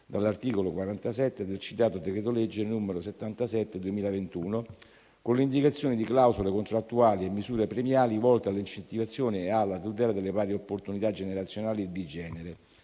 dall'articolo 47 del citato decreto-legge n. 77 del 2021, con l'indicazione di clausole contrattuali e misure premiali volte all'incentivazione e alla tutela delle pari opportunità generazionali e di genere,